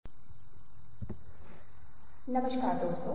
धारणा नमस्कार दोस्तों